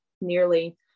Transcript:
nearly